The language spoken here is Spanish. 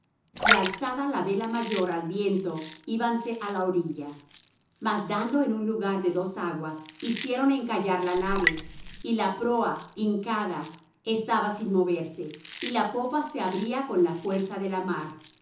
y alzada la vela mayor al viento íbanse á la orilla mas dando en un lugar de dos aguas hicieron encallar la nave y la proa hincada estaba sin moverse y la popa se abría con la fuerza de la mar